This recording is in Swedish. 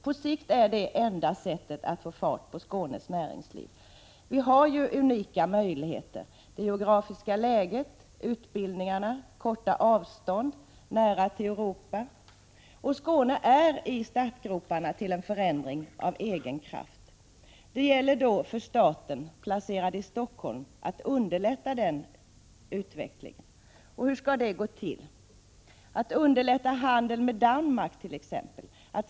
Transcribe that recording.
På sikt är detta enda sättet att få fart på Skånes näringsliv. Vi har unika möjligheter, det geografiska läget, utbildningsmöjligheter, korta avstånd inom regionen, närhet till Europa. Skåne är i startgroparna till en förändring av egen kraft. Det gäller då för staten, placerad i Stockholm, att underlätta den utvecklingen. Hur skall det gå till? Underlätta handeln med Danmark.